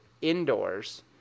indoors